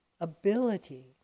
ability